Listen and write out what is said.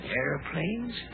airplanes